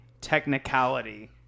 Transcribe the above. technicality